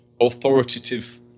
authoritative